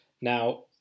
Now